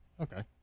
Okay